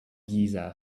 giza